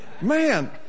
Man